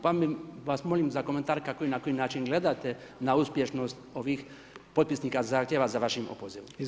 Pa vas molim za komentar kako i na koji način gledate na uspješnost ovih potpisnika zahtjeva za vašim opozivom.